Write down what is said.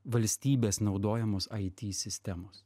valstybės naudojamos it sistemos